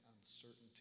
uncertainty